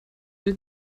will